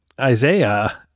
Isaiah